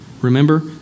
Remember